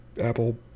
Apple